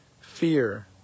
fear